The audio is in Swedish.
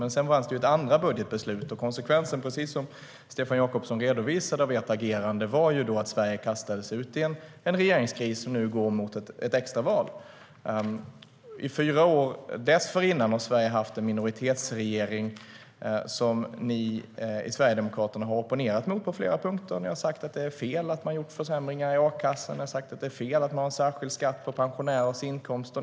Men sedan var det ett andra beslut om budgeten, och precis som Stefan Jakobsson redovisades var konsekvensen av ert agerande att Sverige kastades ut i en regeringskris som nu går mot ett extra val.I fyra år dessförinnan har Sverige haft en minoritetsregering som ni i Sverigedemokraterna har opponerat mot på flera punkter. Ni har sagt att det är fel att man har gjort försämringar i a-kassan. Ni har sagt att det är fel att ha en särskild skatt för pensionärers inkomster.